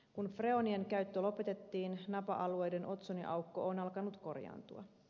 kun freonien käyttö lopetettiin napa alueiden otsoniaukko on alkanut korjaantua